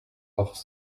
hors